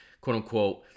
quote-unquote